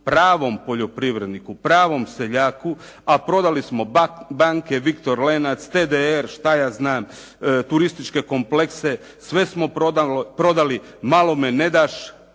pravom poljoprivredniku, pravom seljaku a prodali smo banke, Viktor Lenac, TDR šta ja znam, turističke komplekse. Sve smo prodali. Malome ne daš,